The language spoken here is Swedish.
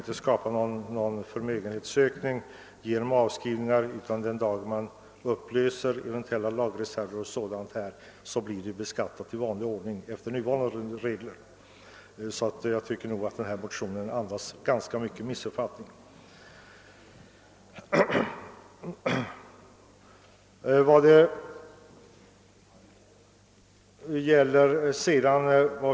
Man kan inte öka förmögenheten genom att göra avskrivningar, utan den dag man upplöser eventuella lagerreserver och dolda reserver blir allting beskattat i vanlig ordning efter nuvarande regler. Därför tycker jag nog att dessa motioner andas mycket av missuppfattning.